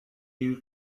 you